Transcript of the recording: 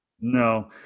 no